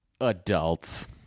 Adults